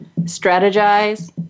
strategize